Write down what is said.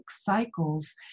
cycles